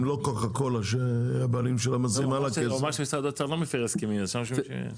אם לא קוקה קולה, הבעלים שלה, מזרימה לה כסף.